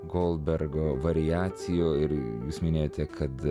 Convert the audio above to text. goldbergo variacijų ir jūs minėjote kad